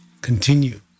continue